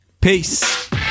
Peace